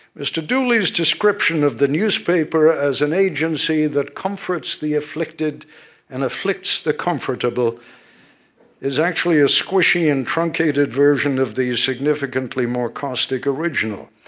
mr. dooley's description of the newspaper as an agency that comforts the afflicted and afflicts the comfortable is actually a squishy and truncated version of the significantly more caustic original.